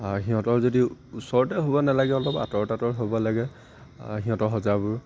সিহঁতৰ যদি ওচৰতে হ'ব নালাগে অলপ আঁতৰত আঁতৰ হ'ব লাগে সিহঁতৰ সজাবোৰ